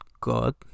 God